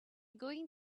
going